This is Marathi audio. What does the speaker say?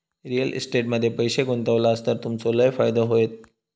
रिअल इस्टेट मध्ये पैशे गुंतवलास तर तुमचो लय फायदो होयत